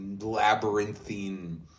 labyrinthine